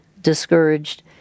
discouraged